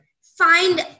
find